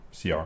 CR